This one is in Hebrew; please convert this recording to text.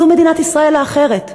זו מדינת ישראל האחרת.